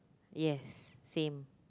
yes same